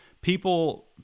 people